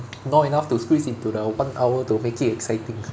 not enough to squeeze into the one hour to make it exciting